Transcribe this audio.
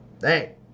Hey